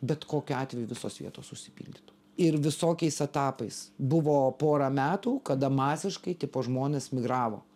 bet kokiu atveju visos vietos užsipildytų ir visokiais etapais buvo pora metų kada masiškai tipo žmonės migravo